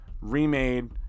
remade